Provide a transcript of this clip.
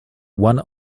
one